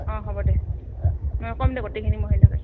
অঁ হ'ব দে মই ক'ম দে গোটেইখিনি মহিলাকে